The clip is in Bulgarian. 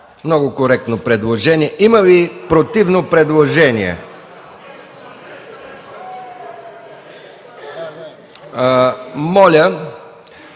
Много коректно предложение. Има ли обратно предложение? Моля,